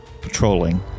patrolling